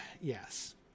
yes